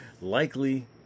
likely